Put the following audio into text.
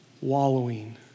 wallowing